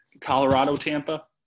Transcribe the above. Colorado-Tampa